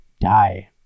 die